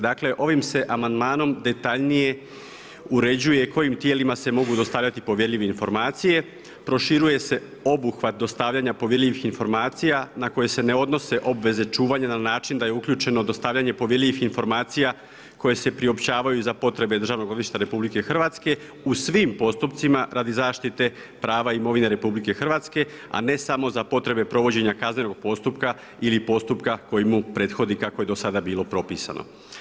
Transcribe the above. Dakle, ovim se amandmanom detaljnije uređuje kojim tijelima se mogu dostavljati povjerljive informacije, proširuje se obuhvat dostavljanja povjerljivih informacija, na koje se ne odnose obveze čuvanja na način da je uključeno na način da je uključeno dostavljanje povjerljivih informacija koje se priopćavaju za potrebe državnog odvjetnika RH u svim postupcima radi zaštite prava imovine RH, a ne samo za potrebe provođenja kaznenog postupka ili postupka koji mu prethodi kako je do sada bilo propisano.